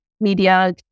media